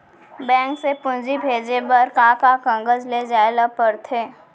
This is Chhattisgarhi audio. बैंक से पूंजी भेजे बर का का कागज ले जाये ल पड़थे?